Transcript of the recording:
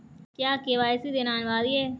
क्या के.वाई.सी देना अनिवार्य है?